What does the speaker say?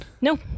No